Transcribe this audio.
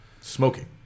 smoking